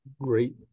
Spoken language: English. great